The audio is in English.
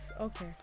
Okay